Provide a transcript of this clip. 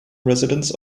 residents